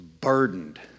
burdened